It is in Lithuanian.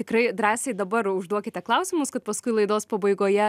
tikrai drąsiai dabar užduokite klausimus kad paskui laidos pabaigoje